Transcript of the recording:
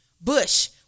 Bush